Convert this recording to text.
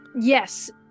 Yes